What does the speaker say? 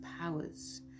powers